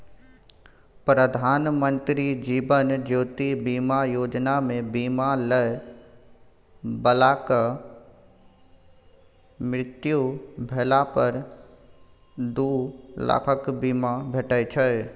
प्रधानमंत्री जीबन ज्योति बीमा योजना मे बीमा लय बलाक मृत्यु भेला पर दु लाखक बीमा भेटै छै